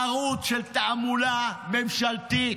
ערוץ של תעמולה ממשלתית,